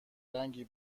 رنگی